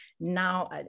Now